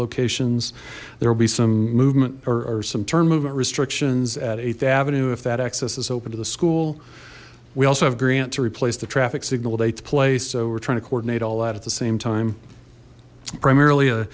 locations there will be some movement or some term movement restrictions at th avenue if that access is open to the school we also have grant to replace the traffic signal dates place so we're trying to coordinate all that at the same time primarily